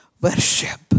Worship